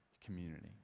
community